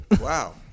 Wow